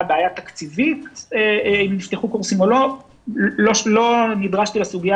לא נדרשתי לסוגיה